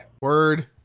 Word